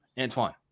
Antoine